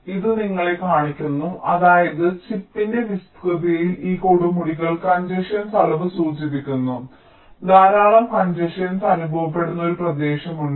ഇത് നിങ്ങളെ കാണിക്കുന്നു അതായത് ചിപ്പിന്റെ വിസ്തൃതിയിൽ ഈ കൊടുമുടികൾ കൺജഷൻസ് അളവ് സൂചിപ്പിക്കുന്നു ധാരാളം കൺജഷൻസ് അനുഭവപ്പെടുന്ന ഒരു പ്രദേശമുണ്ട്